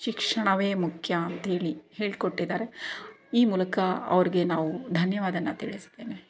ಶಿಕ್ಷಣವೇ ಮುಖ್ಯ ಅಂಥೇಳಿ ಹೇಳ್ಕೊಟ್ಟಿದ್ದಾರೆ ಈ ಮೂಲಕ ಅವ್ರಿಗೆ ನಾವು ಧನ್ಯವಾದ ತಿಳಿಸ್ತೇನೆ